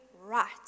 right